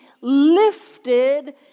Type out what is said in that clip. lifted